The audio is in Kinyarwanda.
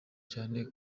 cyane